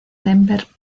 denver